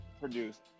produced